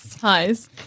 Highs